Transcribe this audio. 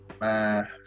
Man